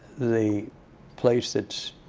the place that's,